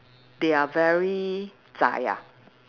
they are very zai ah